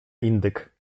indyk